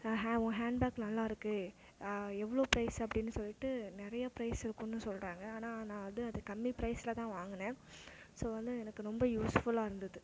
ஹே பே உன் handbag நல்லா இருக்குது எவ்வளோ ப்ரைஸ் அப்படினு சொல்லிட்டு நிறைய ப்ரைஸ் இருக்கும்ன்னு சொல்கிறாங்க ஆனால் நான் வந்து அது கம்மி ப்ரைஸ்சில்தான் வாங்கினேன் ஸோ வந்து எனக்கு ரொம்ப யூஸ்ஃபுல்லாக இருந்தது